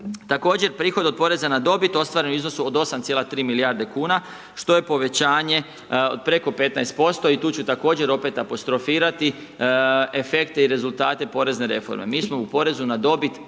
Također prihod od Poreza na dobit ostvaren u iznosu od 8,3 milijarde kuna, što je povećanje preko 15% i tu ću također opet apostrofirati efekte i rezultate Porezne reforme. Mi smo u Porezu na dobit